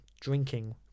drinking